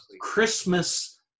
Christmas